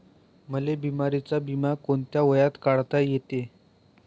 मले बिमारीचा बिमा कोंत्या वयात काढता येते?